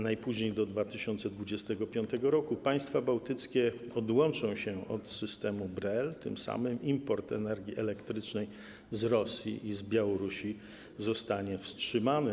Najpóźniej do 2025 r. państwa bałtyckie odłączą się od systemu BRELL, a tym samym import energii elektrycznej z Rosji i z Białorusi zostanie wstrzymany.